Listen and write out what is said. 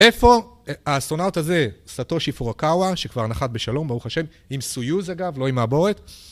איפה האסטרונאוט הזה, סטוטושי פורקאווה, שכבר נחת בשלום, ברוך ה' עם סויוז אגב, לא עם מעבורת.